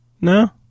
No